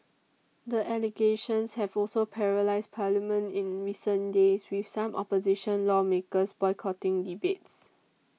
the allegations have also paralysed parliament in recent days with some opposition lawmakers boycotting debates